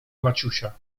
maciusia